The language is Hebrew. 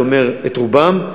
הייתי אומר את רובם,